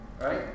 Right